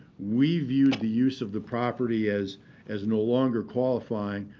we view the use of the property as as no longer qualifying.